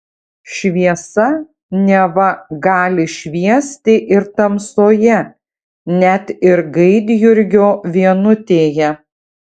šviesa neva gali šviesti ir tamsoje net ir gaidjurgio vienutėje